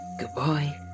Goodbye